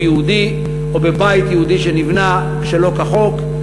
יהודי או בבית יהודי שנבנה שלא כחוק,